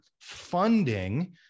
funding